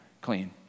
clean